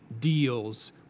deals